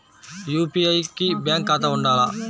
UPI కి bank ఖాతా ఉండాల?